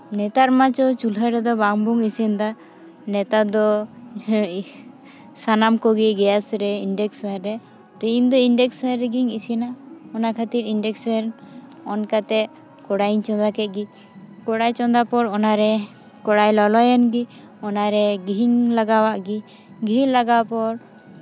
ᱱᱮᱛᱟᱨ ᱢᱟᱛᱚ ᱪᱩᱞᱦᱟᱹ ᱨᱮᱫᱚ ᱵᱟᱝ ᱵᱚᱱ ᱤᱥᱤᱱᱮᱫᱟ ᱱᱮᱛᱟᱨ ᱫᱚ ᱥᱟᱱᱟᱢ ᱠᱚᱜᱮ ᱜᱮᱥ ᱨᱮ ᱤᱱᱰᱮᱠᱥᱥᱮ ᱨᱮ ᱤᱧ ᱫᱚ ᱤᱱᱰᱮᱠᱥᱥᱮᱱ ᱨᱮᱜᱮᱧ ᱤᱥᱤᱱᱟ ᱚᱱᱟ ᱠᱷᱟᱹᱛᱤᱨ ᱤᱱᱰᱮᱠᱥᱥᱮᱱ ᱚᱱ ᱠᱟᱛᱮᱫ ᱠᱚᱲᱟᱭ ᱤᱧ ᱪᱚᱸᱫᱟ ᱠᱮᱫ ᱜᱮ ᱠᱚᱲᱟᱭ ᱪᱚᱸᱫᱟ ᱯᱚᱨ ᱚᱱᱟᱨᱮ ᱠᱚᱲᱟᱭ ᱞᱚᱞᱚᱭᱮᱱ ᱜᱮ ᱚᱱᱟᱨᱮ ᱜᱷᱤᱧ ᱞᱟᱜᱟᱣ ᱟᱫ ᱜᱮ ᱜᱷᱤ ᱞᱟᱜᱟᱣ ᱯᱚᱨ